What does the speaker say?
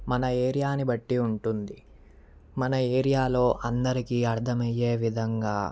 మన ఏరియాని బట్టి ఉంటుంది మన ఏరియాలో అందరికీ అర్థమయ్యే విధంగా